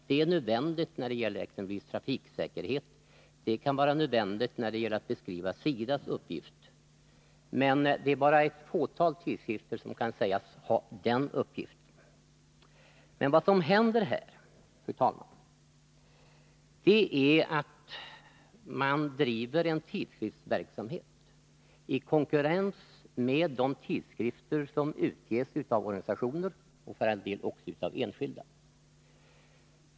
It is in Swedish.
Det är nödvändigt exempelvis när det gäller trafiksäkerheten. Det kan vara nödvändigt när det gäller att beskriva SIDA:s uppgifter. Men det är bara ett fåtal tidskrifter som kan sägas ha den uppgiften. Vad som händer här, fru talman, är att man driver en tidskriftsverksamhet i konkurrens med tidskrifter som ges ut av organisationer och för all del också av enskilda.